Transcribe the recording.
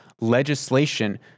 Legislation